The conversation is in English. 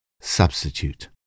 substitute